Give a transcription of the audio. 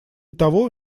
того